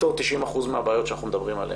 יפתור 90% מהבעיות שאנחנו מדברים עליהן,